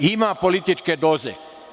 Ima političke doze.